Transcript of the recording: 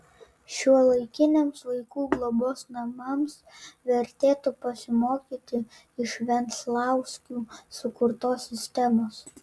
šiuolaikiniams vaikų globos namams vertėtų pasimokyti iš venclauskių sukurtos sistemos